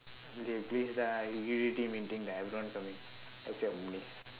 everyone coming except munice